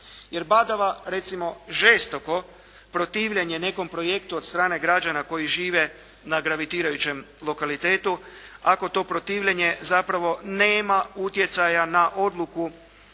Jer badava, recimo žestoko protivljenje nekom projektu od strane građana koji žive na gravitirajućem lokalitetu, ako to protivljenje zapravo nema utjecaja na odluku